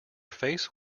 face